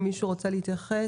אם מישהו רוצה להתייחס,